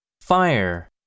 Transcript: Fire